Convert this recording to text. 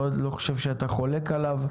שאני לא חושב שאתה חולק עליו,